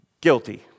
guilty